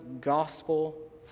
gospel